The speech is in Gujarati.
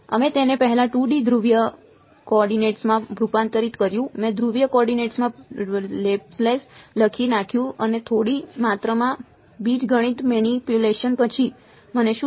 અમે તેને પહેલા 2D ધ્રુવીય કોઓર્ડિનેટ્સમાં રૂપાંતરિત કર્યું મેં ધ્રુવીય કોઓર્ડિનેટ્સમાં લેપ્લેસ લખી નાખ્યું અને થોડી માત્રામાં બીજગણિત મેનિપ્યુલેશન પછી મને શું થયું